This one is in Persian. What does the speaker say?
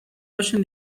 باشین